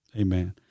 amen